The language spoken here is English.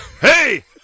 Hey